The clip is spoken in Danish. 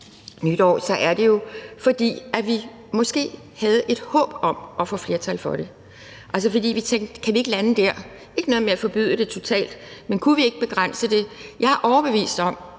nytår, er det jo, fordi vi måske havde et håb om at få flertal for det. Altså, vi tænkte: Kan vi ikke lande der? Der er ikke noget med at forbyde det totalt, men kunne vi ikke begrænse det? Jeg er overbevist om,